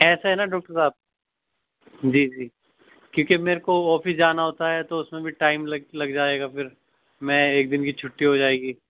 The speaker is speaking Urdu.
ایسے ہے نا ڈاکٹر صاحب جی جی کیوں کہ میرے کو آفس جانا ہوتا ہے تو اُس میں بھی ٹائم لگ لگ جائے گا پھر میں ایک دِن کی چُھٹی ہو جائے گی